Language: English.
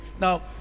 Now